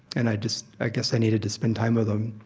and i just i guess i needed to spend time with him.